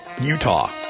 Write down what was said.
Utah